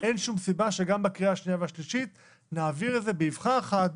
אין שום סיבה שגם בקריאה השנייה והשלישית לא נעביר את זה באבחה אחת,